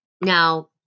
Now